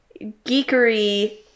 geekery